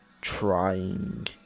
trying